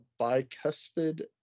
bicuspid